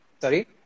sorry